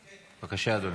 בבקשה, אדוני.